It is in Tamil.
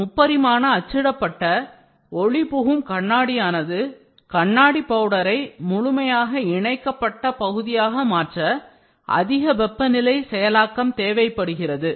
முப்பரிமாண அச்சிடப்பட்ட ஒளிபுகும் கண்ணாடியானது கண்ணாடி பவுடரை முழுமையாக இணைக்கப்பட்ட பகுதியாக மாற்ற அதிக வெப்பநிலை செயலாக்கம் தேவைப்படுகிறது